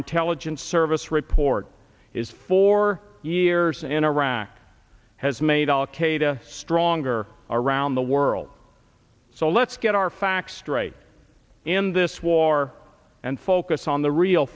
intelligence service report is four years in iraq has made al qaeda stronger around the world so let's get our facts straight in this war and focus on the real